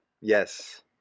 Yes